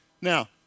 Now